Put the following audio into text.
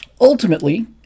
ultimately